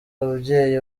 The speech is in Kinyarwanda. ababyeyi